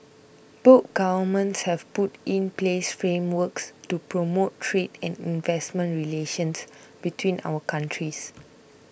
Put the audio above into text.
both governments have put in place frameworks to promote trade and investment relations between our countries